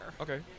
Okay